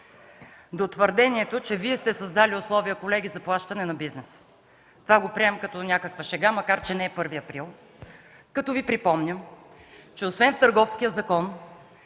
до твърдението, че Вие сте създали условия, колеги, за плащане на бизнеса, това го приемам като някаква шега, макар че не е първи април. Припомням Ви, че освен в Търговския закон,